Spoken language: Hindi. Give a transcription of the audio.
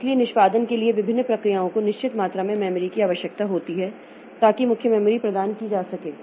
इसलिए निष्पादन के लिए विभिन्न प्रक्रियाओं को निश्चित मात्रा में मेमोरी की आवश्यकता होती है ताकि मुख्य मेमोरी प्रदान की जा सके